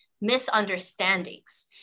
misunderstandings